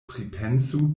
pripensu